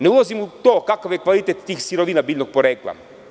Ne ulazim u to kakav je kvalitet tih sirovina biljnog porekla.